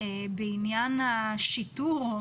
בעניין השיטור.